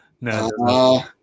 No